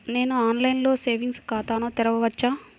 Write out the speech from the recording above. నేను ఆన్లైన్లో సేవింగ్స్ ఖాతాను తెరవవచ్చా?